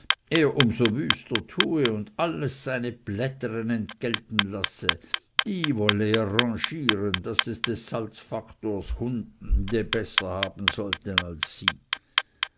so wüster tue und alles seine plättere entgelten lasse die wolle er rangieren daß es des salzfaktors jagdhunde besser haben sollten als sie